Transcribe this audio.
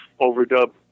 overdub